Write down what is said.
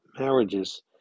marriages